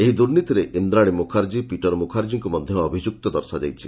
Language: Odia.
ଏହି ଦୁର୍ନୀତିରେ ଇନ୍ଦ୍ରାଣୀ ମୁଖାର୍ଚ୍ଚୀ ପିଟର ମୁଖାର୍ଚ୍ଚୀଙ୍କୁ ମଧ୍ୟ ଅଭିଯୁକ୍ତ ଦର୍ଶାଯାଇଛି